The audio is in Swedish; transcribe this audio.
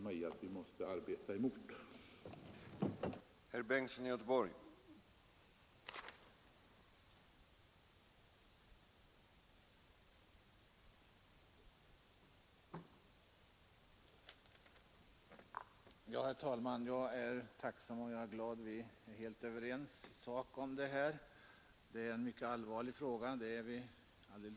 sagt för att belysa att vi här uppe i Norden fö